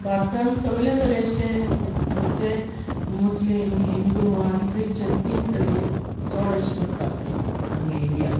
भारतान सोगले तरेचे जे मुस्लीम हिंदू आनी ख्रिश्चन तीन तोरे चोड एशे लोक रावताय आमगे इंडिया